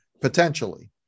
potentially